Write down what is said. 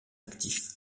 actif